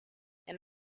and